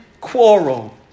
quarrel